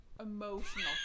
Emotional